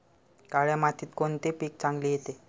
काळ्या मातीत कोणते पीक चांगले येते?